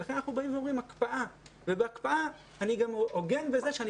לכן אנחנו אומרים הקפאה ובהקפאה אני גם עוגן בזה שאני